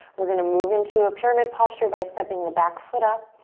we're gonna move into a pyramid posture by stepping the back foot up.